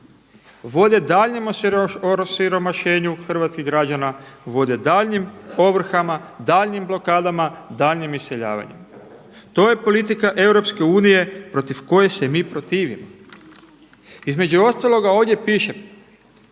vode daljnjem osiromašenju hrvatskih građana, vode daljnjim ovrhama, daljnjim blokadama, daljnjem iseljavanju. To je politika Europske unije protiv koje se mi protivimo. Između ostaloga ovdje piše